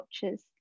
cultures